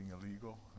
illegal